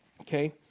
Okay